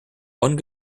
one